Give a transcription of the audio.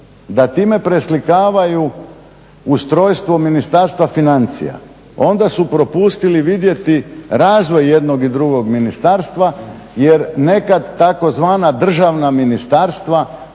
da time preslikavaju ustrojstvo Ministarstva financija, onda su propustili vidjeti razvoj jednog i drugog ministarstva jer nekad tzv. državna ministarstva